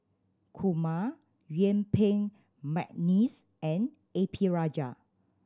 Kumar Yuen Peng McNeice and A P Rajah